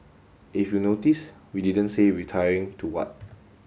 if you notice we didn't say retiring to what